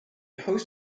hosts